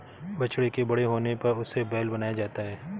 बछड़े के बड़े होने पर उसे बैल बनाया जाता है